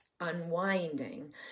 unwinding